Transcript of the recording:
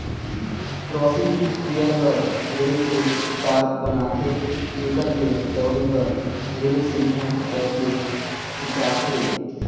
rocking sprayer हर ढेरे के दाब बनाथे जेखर ले दवई हर ढेरे दुरिहा तक ले छिटाथे